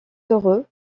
heureux